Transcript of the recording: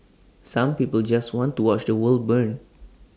some people just want to watch the world burn